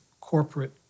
corporate